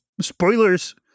Spoilers